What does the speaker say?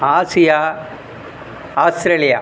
Asia Australia